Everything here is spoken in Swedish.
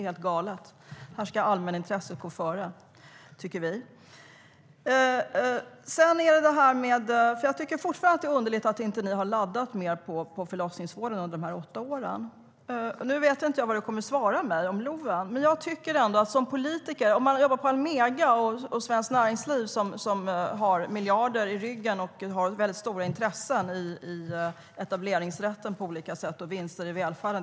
Här ska det allmänna intresset gå före, tycker vi. Jag tycker fortfarande att det är underligt att ni inte har satsat mer på förlossningsvården under de här åtta åren. Nu vet jag inte vad du kommer att svara mig på den frågan. Almega eller Svenskt Näringsliv har miljarder i ryggen och stora intressen i etableringsrätten och vinster i välfärden.